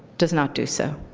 does not do so.